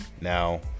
now